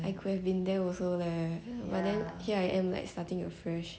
I could have been there also leh but then here I am like starting afresh